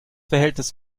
verhältnis